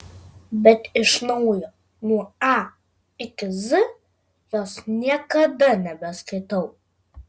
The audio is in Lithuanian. bet iš naujo nuo a iki z jos niekada nebeskaitau